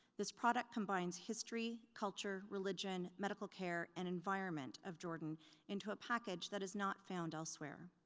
this product combines history, culture, religion, medical care, and environment of jordan into a package that is not found elsewhere.